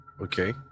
okay